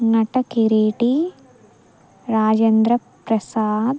నటకిరీటి Rajendra Prasad